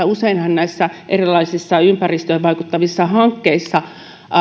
useinhan näissä erilaisissa ympäristöön vaikuttavissa hankkeissa